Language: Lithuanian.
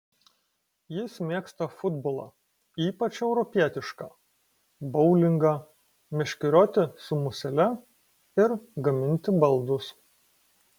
jis mėgsta futbolą ypač europietišką boulingą meškerioti su musele ir gaminti baldus